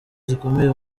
zikomeye